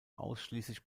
ausschließlich